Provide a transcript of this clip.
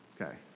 Okay